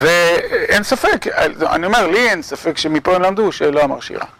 ואין ספק, אני אומר, לי אין ספק שמפה למדו שלא אמר שיהיה.